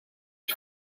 die